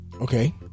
Okay